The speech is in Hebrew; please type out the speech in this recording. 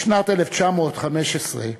בשנת 1915,